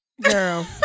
girl